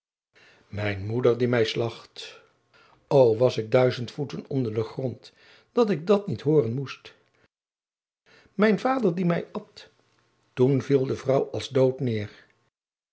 mijn moeder die mij slacht o was ik duizend voeten onder den grond dat ik dat niet hooren moest mijn vader die mij at toen viel de vrouw als dood neêr